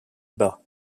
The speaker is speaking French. bas